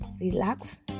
relax